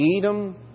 Edom